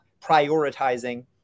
prioritizing